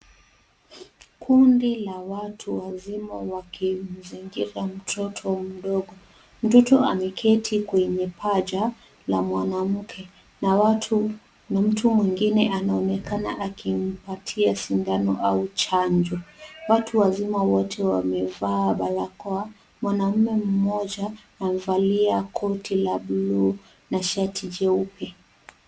Kundi la watu wazima wakimzingira mtoto mdogo. Mtoto huyo ameketi kwenye paja la mwanamke na mtu mwengine anaonekana akimpatia sindano au chanjo. Watu wazima wote wamevaa barakoa. Mwanaume mmoja amevalia koti la bluu na shati jeupe.